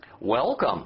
Welcome